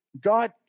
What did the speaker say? God